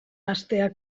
hastea